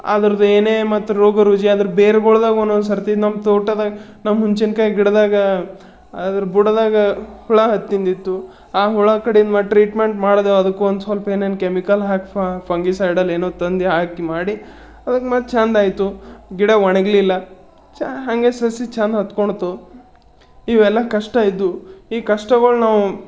ಅದ್ರದ್ದು ಏನೇ ಮತ್ತು ರೋಗ ರುಜಿನ ಅದ್ರ ಬೇರುಗಳ್ದಾಗ ಒನ್ನೊಂದ್ಸರ್ತಿ ನಮ್ಮ ತೋಟದಾಗ ನಮ್ಮ ಹುಣ್ಸಿನ್ಕಾಯಿ ಗಿಡದಾಗ ಅದ್ರ ಬುಡದಾಗ ಹುಳ ಹ ತಿಂದಿತ್ತು ಆ ಹುಳ ಕಡಿದು ನಾವು ಟ್ರೀಟ್ಮೆಂಟ್ ಮಾಡ್ದೆವು ಅದಕ್ಕೆ ಒಂದ್ಸ್ವಲ್ಪ ಏನೇನು ಕೆಮಿಕಲ್ ಹಾಕಿ ಫಂಗಿಸೈಡಲ್ ಏನೋ ತಂದು ಹಾಕಿ ಮಾಡಿ ಅದಕ್ಕೆ ಮತ್ತೆ ಚೆಂದಾಯಿತು ಗಿಡ ಒಣಗಲಿಲ್ಲ ಛ ಹಾಗೆ ಸಸಿ ಚೆಂದ ಹತ್ಕೊಳ್ತು ಇವೆಲ್ಲ ಕಷ್ಟ ಇದ್ದವು ಈ ಕಷ್ಟಗಳು ನಾವು